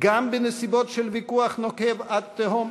גם בנסיבות של ויכוח נוקב עד תהום?